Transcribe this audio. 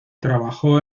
trabajó